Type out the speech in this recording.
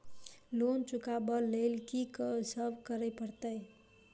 Loan चुका ब लैल की सब करऽ पड़तै?